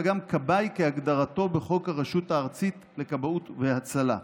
כבאי כהגדרתו בחוק הרשות הארצית לכבאות והצלה.